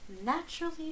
naturally